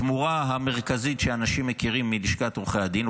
התמורה המרכזית שאנשים מכירים מלשכת עורכי הדין,